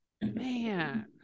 man